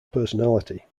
personality